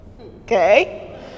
Okay